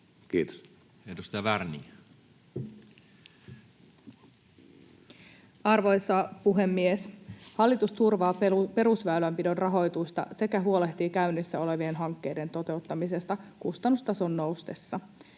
Time: 15:16 Content: Arvoisa puhemies! Hallitus turvaa perusväylänpidon rahoitusta sekä huolehtii käynnissä olevien hankkeiden toteuttamisesta kustannustason noustessa.